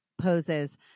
poses